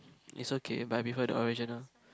is okay but I prefer the original